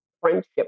friendship